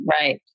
Right